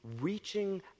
reaching